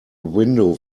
window